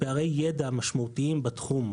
פערי ידע משמעותיים בתחום.